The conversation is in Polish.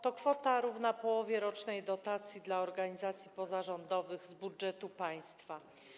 To kwota równa połowie rocznej dotacji dla organizacji pozarządowych z budżetu państwa.